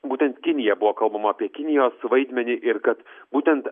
būtent kinija buvo kalbama apie kinijos vaidmenį ir kad būtent